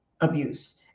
abuse